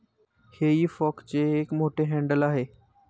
हेई फॉकचे एक मोठे हँडल आहे